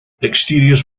exteriors